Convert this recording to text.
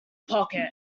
pocket